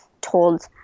told